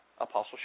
Apostle